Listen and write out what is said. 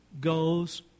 goes